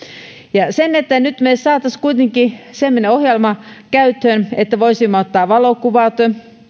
nyt me saisimme kuitenkin semmoisen ohjelman käyttöön että voisimme ottaa valokuvat